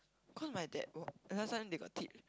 cause my dad last time they got teach